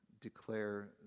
declare